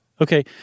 Okay